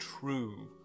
true